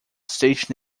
stage